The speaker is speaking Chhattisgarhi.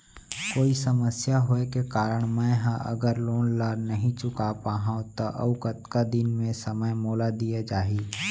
कोई समस्या होये के कारण मैं हा अगर लोन ला नही चुका पाहव त अऊ कतका दिन में समय मोल दीये जाही?